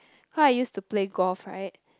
cause I used to play golf right